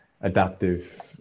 adaptive